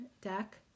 deck